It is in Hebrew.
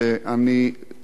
אני לא רוצה לספור,